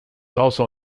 also